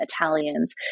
Italians